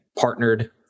partnered